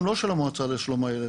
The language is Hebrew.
הנתונים הם לא של המועצה לשלום הילד,